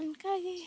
ᱚᱱᱠᱟᱜᱮ